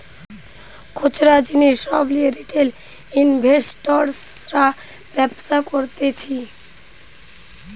খুচরা জিনিস সব লিয়ে রিটেল ইনভেস্টর্সরা ব্যবসা করতিছে